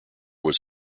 was